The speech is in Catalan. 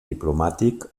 diplomàtic